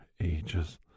ages